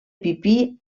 pipí